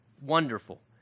wonderful